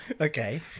okay